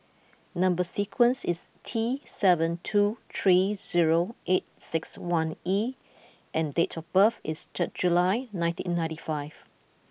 number sequence is T seven two three zero eight six one E and date of birth is third July nineteen ninety five